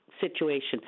situation